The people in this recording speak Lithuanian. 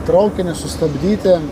traukinį sustabdyti